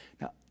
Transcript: Now